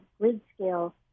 grid-scale